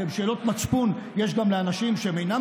שאלות מצפון יש גם לאנשים שהם אינם